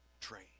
train